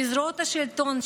לזרועות השלטון,